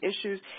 issues